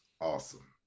awesome